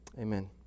Amen